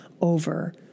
over